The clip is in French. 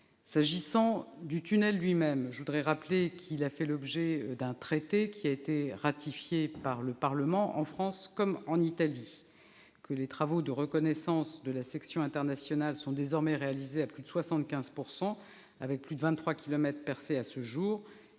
S'agissant du tunnel, je voudrais rappeler qu'il a fait l'objet d'un traité, qui a été ratifié par le Parlement en France comme en Italie. Les travaux de reconnaissance de la section internationale sont désormais réalisés à plus de 75 %, avec plus de 23 kilomètres percés à ce jour.